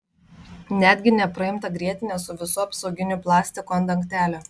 netgi nepraimtą grietinę su visu apsauginiu plastiku ant dangtelio